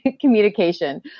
communication